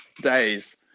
days